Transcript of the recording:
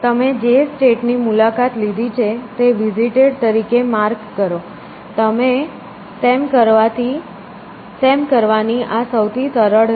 તમે જે સ્ટેટ ની મુલાકાત લીધી છે તે વિઝિટેડ તરીકે માર્ક કરો તેમ કરવાની આ સૌથી સરળ રીત છે